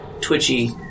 twitchy